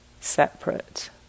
separate